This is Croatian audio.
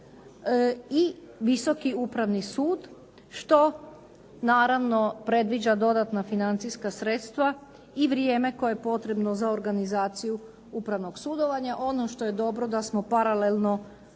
i Visoki upravni sud što naravno predviđa dodatna financijska sredstva i vrijeme koje je potrebno za organizaciju upravnog sudovanja. Ono što je dobro da paralelno